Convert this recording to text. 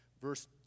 verse